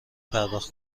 پرداخت